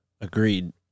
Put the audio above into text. Agreed